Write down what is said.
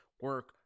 Work